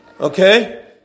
Okay